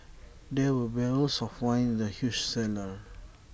there were barrels of wine in the huge cellar